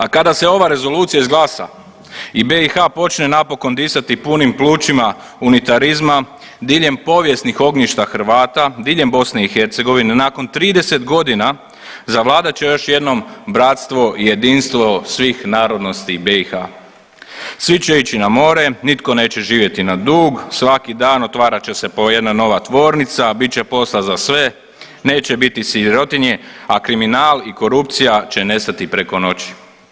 A kada se ova rezolucija izglasa i BiH počne napokon disati punim plućima unitarizma diljem povijesnih ognjišta Hrvata, diljem BiH nakon 30.g. zavladat će još jednom bratstvo i jedinstvo svih narodnosti BiH, svi će ići na more, nitko neće živjeti na dug, svaki dan otvarat će se po jedna nova tvornica, bit će posla za sve, neće biti sirotinje, a kriminal i korupcija će nestati preko noći.